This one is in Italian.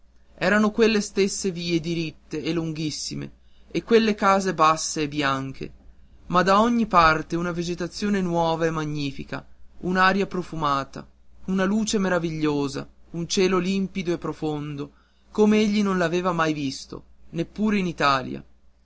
erano quelle stesse vie diritte e lunghissime e quelle case basse e bianche ma da ogni parte una vegetazione nuova e magnifica un'aria profumata una luce meravigliosa un cielo limpido e profondo come egli non l'aveva mai visto neppure in italia